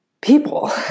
people